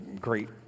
great